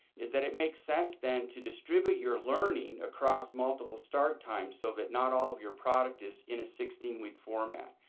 is that it makes sense then to distribute your learning across multiple start times so that not all of your product is in a sixteen week format.